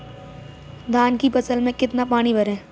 धान की फसल में कितना पानी भरें?